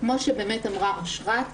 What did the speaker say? כמו שאמרה אשרת,